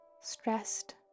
stressed